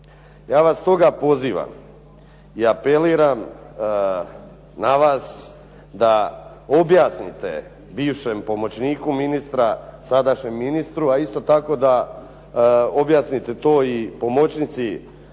Ja vas stoga pozivam i apeliram na vas da objasnite bivšem pomoćniku ministra, sadašnjem ministru a isto tako da objasnite to i pomoćnici